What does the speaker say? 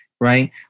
right